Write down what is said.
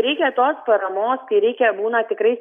reikia tos paramos kai reikia būna tikrai